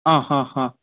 ஹான் ஹான் ஹான்